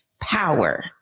power